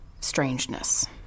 strangeness